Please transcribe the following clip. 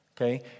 Okay